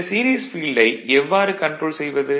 இந்த சீரிஸ் ஃபீல்டை எவ்வாறு கன்ட்ரோல் செய்வது